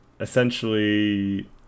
Essentially